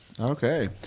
Okay